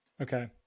Okay